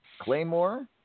Claymore